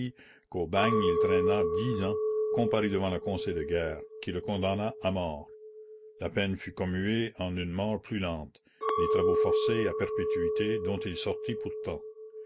qu'au bagne il traîna dix ans comparut devant le conseil de guerre qui le condamna à mort la peine fut commuée en une mort plus lente les travaux forcés à perpétuité dont il sortit pourtant